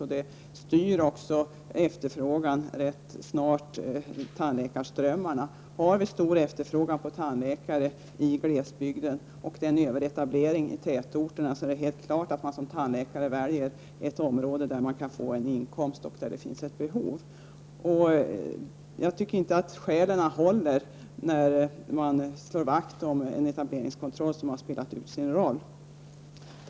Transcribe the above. Efterfrågan kommer också snart att styra tandläkarströmmarna. Är det stor efterfrågan på tandläkare i glesbygden och en överetablering i tätorterna, är det klart att tandläkarna väljer de områden där det finns ett behov och där de kan få en inkomst. Jag tycker inte att socialdemokraternas skäl för att slå vakt om en etableringskontroll som spelat ut sin roll håller.